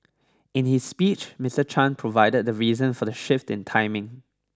in his speech Mister Chan provided the reason for the shift in timing